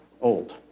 old